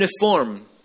uniform